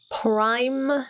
prime